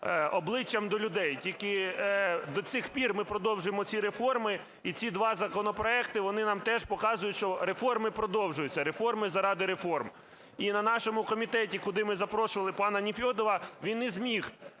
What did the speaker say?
обличчям до людей. Тільки до цих пір ми продовжуємо ці реформи, і ці два законопроекти, вони нам теж показують, що реформи продовжуються, реформи заради реформ. І на нашому комітеті, куди ми запрошували пана Нефьодова, він не зміг